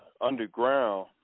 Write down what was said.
underground